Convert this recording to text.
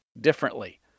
differently